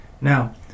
Now